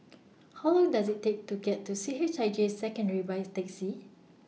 How Long Does IT Take to get to C H I J Secondary By Taxi